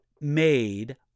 made